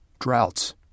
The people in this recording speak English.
Droughts